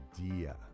idea